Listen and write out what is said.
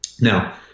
Now